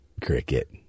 cricket